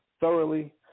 thoroughly